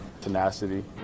tenacity